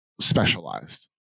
specialized